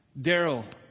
Daryl